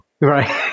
Right